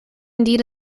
indeed